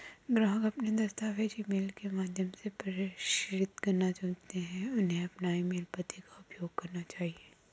ग्राहक अपने दस्तावेज़ ईमेल के माध्यम से प्रेषित करना चुनते है, उन्हें अपने ईमेल पते का उपयोग करना चाहिए